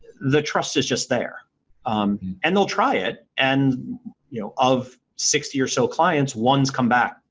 the trust is just there and they'll try it and you know of sixty or so clients, one's come back.